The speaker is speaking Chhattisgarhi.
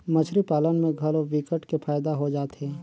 मछरी पालन में घलो विकट के फायदा हो जाथे